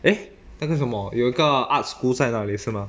eh 那个什么有一个 art school 在那里是吗